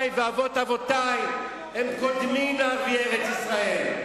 ואבות אבותי קודמת לזו של ערבי ארץ-ישראל,